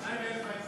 מה עם אלה באמצע?